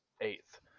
Eighth